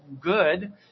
Good